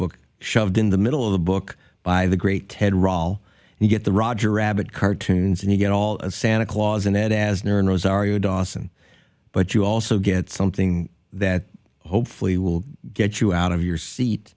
book shoved in the middle of the book by the great ted rall and you get the roger rabbit cartoons and you get all santa claus in it as new and rosario dawson but you also get something that hopefully will get you out of your seat